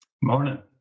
Morning